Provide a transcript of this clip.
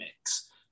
mix